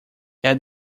add